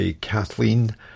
Kathleen